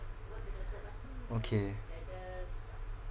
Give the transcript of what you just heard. okay